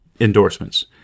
endorsements